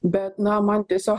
bet na man tiesio